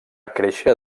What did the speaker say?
créixer